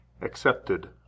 accepted